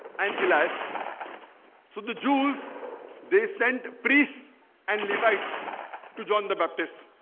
and elias so the jews they sent priests and levites to join the baptist